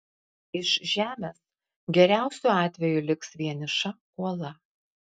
iš žemės geriausiu atveju liks vieniša uola